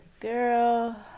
Girl